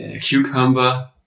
cucumber